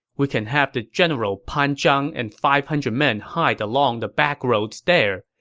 we can have the general pan zhang and five hundred men hide along the backroads there,